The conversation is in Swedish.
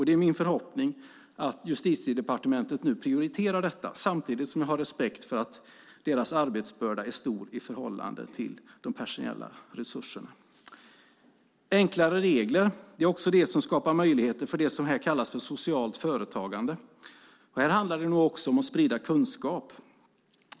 Det är min förhoppning att Justitiedepartementet nu prioriterar detta, samtidigt som jag har respekt för att deras arbetsbörda är stor i förhållande till de personella resurserna. Enklare regler är också det som skapar möjligheter för det som här kallas för socialt företagande. Här handlar det nog också om att sprida kunskap.